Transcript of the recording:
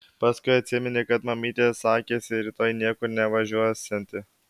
paskui atsiminė kad mamytė sakėsi rytoj niekur nevažiuosianti